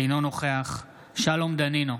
אינו נוכח שלום דנינו,